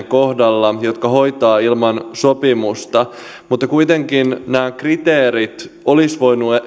kohdalla jotka hoitavat ilman sopimusta mutta kuitenkin nämä kriteerit olisivat voineet